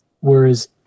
whereas